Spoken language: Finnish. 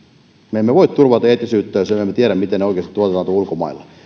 me emme voi turvata eettisyyttä jos emme me tiedä miten tuotteet oikeasti tuotetaan tuolla ulkomailla jos